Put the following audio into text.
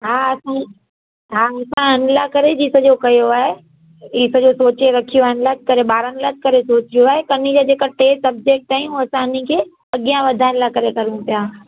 हा असां हा असां हिन लाइ करे ई सॼो कयो आहे हीउ सॼो सोचे रखियो हिन लाइ करे ॿारनि लाइ करे सोचियो आहे त हिनी जी जेका टे सबजैक्ट आहिनि उहो असां हिनी खे अॻियां वधाइण लाइ करे करियूं पिया